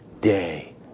day